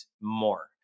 more